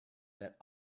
that